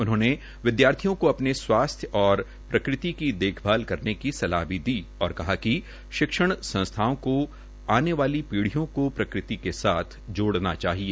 उन्होंने विद्यार्थियों को अपने स्वास्थ्य और प्रकृति की देखभाल करने की सलाह भी दी और कहा कि शिक्षण संस्थाओं को आने वाली पीढीयों को प्रकृति के साथ जोड़ना चाहिए